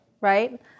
right